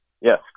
Yes